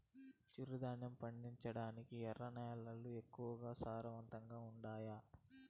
చిరుధాన్యాలు పండించటానికి ఎర్ర నేలలు ఎక్కువగా సారవంతంగా ఉండాయా